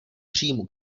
příjmů